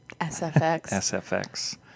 SFX